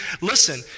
listen